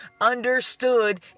understood